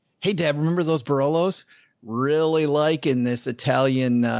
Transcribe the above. hey dad. remember those barolos really like in this italian, ah,